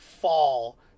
fall